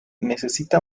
necesita